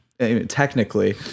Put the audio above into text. technically